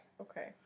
Okay